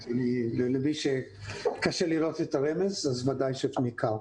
למי שקשה לראות את הרמז, ודאי שזה ניכר.